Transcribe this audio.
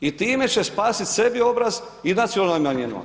I time će spasiti sebi obraz i nacionalnim manjinama.